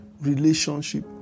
relationship